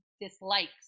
dislikes